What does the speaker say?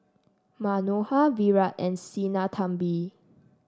Manohar Virat and Sinnathamby